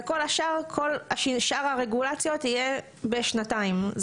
וכל השאר, כל שאר הרגולציות יהיה בשנתיים.